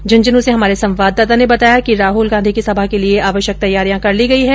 झुंझुनू से हमारे संवॉददाता ने बताया कि राहुल गांधी की सभा के लिये आवश्यक तैयारियां कर ली गई है